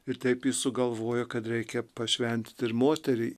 ir taip jis sugalvojo kad reikia pašventint ir moterį